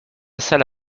salle